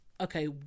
okay